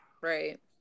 Right